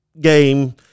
game